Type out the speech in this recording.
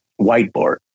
whiteboard